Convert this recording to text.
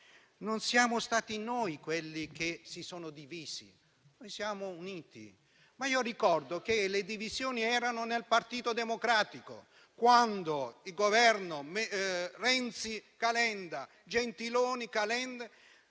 Non siamo stati noi quelli che si sono divisi; noi siamo uniti, ma ricordo che le divisioni erano nel Partito Democratico, durante il Governo Renzi, con Calenda e Gentiloni che